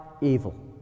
evil